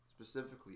specifically